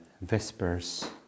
Vespers